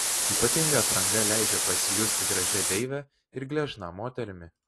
ypatinga apranga leidžia pasijusti gražia deive ir gležna moterimi